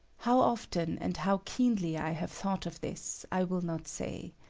how often and how keenly i have thought of this, i will not say.